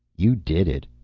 you did it.